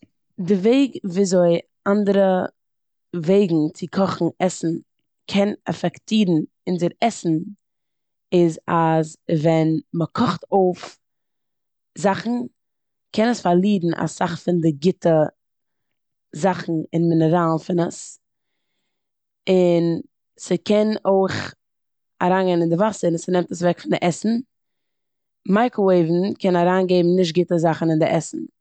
די וועג וויאזוי אנדערע וועגן צו קאכן עסן קען עפעקטירן די עסן איז אז ווען מ'קאכט אויף זאכן קען עס פארלירן אסאך פון די גוטע זאכן און מינעראלן פון עס און ס'קען אויך אריינגיין אין די וואסער און ס'נעמט עס אוועק פון די עסן. מייקראוועיוון קען אריינגעבן נישט גוטע זאכן אין די עסן.